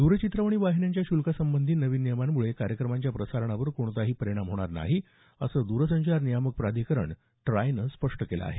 द्रचित्रवाणी वाहिन्यांच्या श्ल्कासंबंधी नवीन नियमांमुळे कार्यक्रमांच्या प्रसारणावर कोणताही परिणाम होणार नाही असं द्रसंचार नियामक प्राधिकरण ट्रायनं स्पष्ट केलं आहे